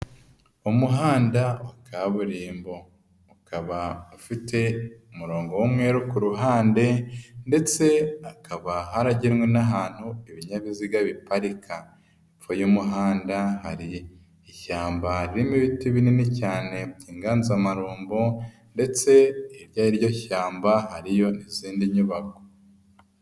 Umuhanda wa kaburimbo ukaba afite umurongo w'umweru ku ruhande ndetse hakaba haragenwe n'ahantu ibinyabiziga biparika, hepfo y'umuhanda hari ishyamba ririmo ibiti binini cyane by'inganzamarumbo ndetse hirya y'iryo shyamba hariyo n'izindi nyubako.